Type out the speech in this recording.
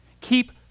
Keep